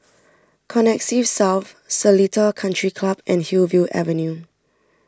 Connexis South Seletar Country Club and Hillview Avenue